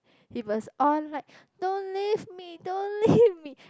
it was on like don't leave me don't leave me